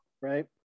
right